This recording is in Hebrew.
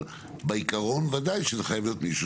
אבל בעקרון בוודאי שזה חייב להיות מישהו